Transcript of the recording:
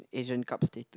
Asian Cup state